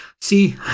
see